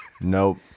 nope